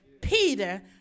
Peter